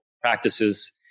practices